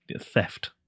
theft